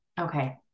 Okay